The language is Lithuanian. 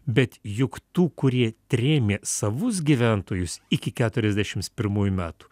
bet juk tų kurie trėmė savus gyventojus iki keturiasdešims pirmųjų metų